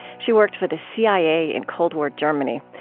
she worked for the cia in cold war germany.